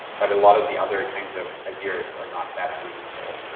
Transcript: but a lot of the other kinds of ideas are not that unreasonable.